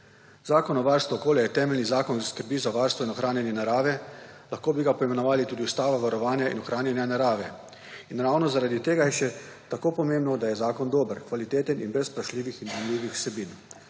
Zakon o varstvu okolja je temeljni zakon skrbi za varstvo in ohranjanje narave, lahko bi ga poimenovali tudi ustava varovanja in ohranjanja narave, in ravno zaradi tega je še tako pomembno, da je zakon dober, kvaliteten in brez vprašljivih in dvomljivih vsebin.